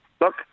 Look